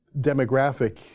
demographic